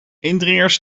indringers